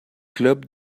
club